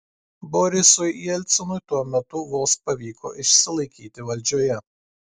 borisui jelcinui tuo metu vos pavyko išsilaikyti valdžioje